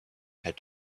had